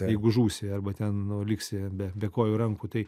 jeigu žūsi arba ten nu liksi be be kojų ir rankų tai